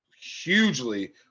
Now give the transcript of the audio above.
hugely –